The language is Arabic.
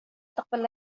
تقبل